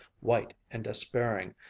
white and despairing,